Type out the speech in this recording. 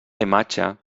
imatge